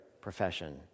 profession